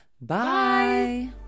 Bye